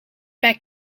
bek